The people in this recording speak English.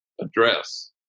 address